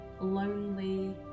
lonely